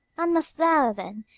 and must thou, then,